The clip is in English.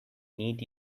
need